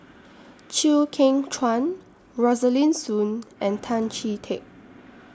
Chew Kheng Chuan Rosaline Soon and Tan Chee Teck